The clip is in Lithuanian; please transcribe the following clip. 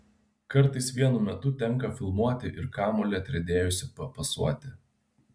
kartais vienu metu tenka filmuoti ir kamuolį atriedėjusį papasuoti